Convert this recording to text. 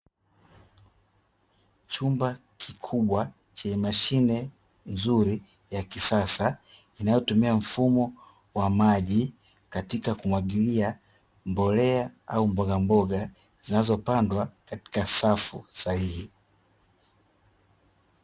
Chumba kikubwa chenye mashine nzuri ya kisasa inayotumia mfumo wa maji, katika kumwagilia mbolea au mbogamboga zinazopandwa kwa safu sahihi.